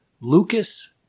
Lucas